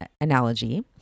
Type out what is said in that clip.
analogy